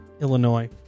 Illinois